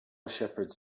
shepherds